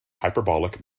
hyperbolic